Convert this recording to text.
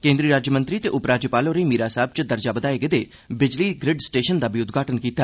केन्द्री राज्यमंत्री ते उपराज्यपाल होरें मीरां साहिब च दर्जा बधाए गेदे बिजली ग्रिड स्टेशन दा बी उद्घाटन कीता